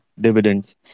dividends